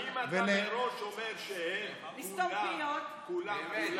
אם אתה מראש אומר שהם כולם כולם כולם כולם,